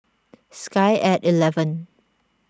sky at eleven